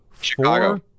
Chicago